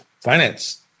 Finance